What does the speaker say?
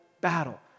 battle